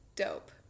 dope